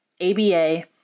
ABA